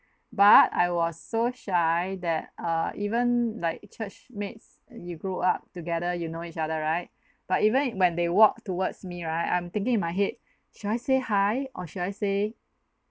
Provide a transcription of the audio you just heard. but I was so shy that err even like church mates you grow up together you know each other right but even when they walk towards me right I'm thinking in my head should I say hi or should I say